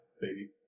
baby